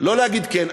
לא להגיד כן.